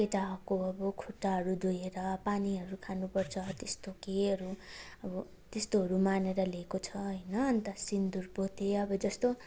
केटाहको अब खुट्टाहरू धुएर पानीहरू खानु पर्छ त्यस्तो केहरू अब त्यस्तोहरू मानेर ल्याएको छ होइन अन्त सिन्दुर पोते अब जस्तो